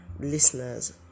Listeners